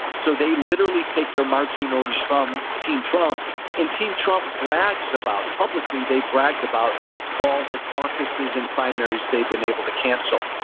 so they literally take their marching orders from team trump and team trump brags about publicly they bragged about all the caucuses and primaries they've been able to cancel.